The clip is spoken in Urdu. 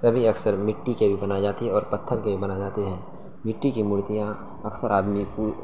سبھی اکثر مٹی کے بھی بنائی جاتی ہے اور پتھر کے بھی ہی بنائی جاتی ہے مٹی کی مورتیاں اکثر آدمی کو